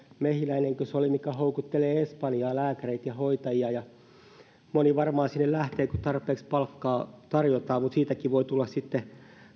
mehiläinenkö se oli joka houkuttelee espanjaan lääkäreitä ja hoitajia moni varmaan sinne lähtee kun tarpeeksi palkkaa tarjotaan mutta siitäkin voi tulla sitten